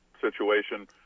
situation